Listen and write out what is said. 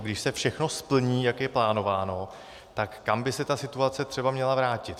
Když se všechno splní, jak je plánováno, tak kam by se ta situace třeba měla vrátit.